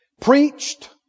Preached